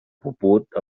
puput